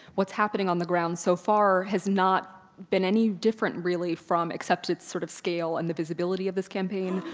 what's happening on the ground so far has not been any different really from, except its sort of scale and the visibility of this campaign,